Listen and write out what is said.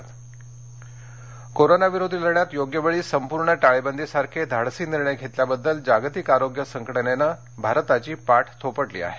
आरोग्य संघटना कोरोना विरोधी लढ्यात योग्य वेळी संपूर्ण टाळेबंदीसारखे धाडसी निर्णय घेतल्याबद्दल जागतिक आरोग्य संघटनेनं भारताची पाठ थोपटली आहे